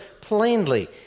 plainly